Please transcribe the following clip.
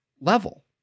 level